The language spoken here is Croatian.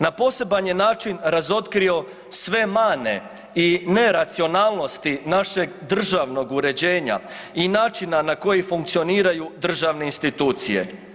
Na poseban je način razotkrio sve mane i neracionalnosti našeg državnog uređenja i načina na koji funkcioniraju državne institucije.